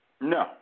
No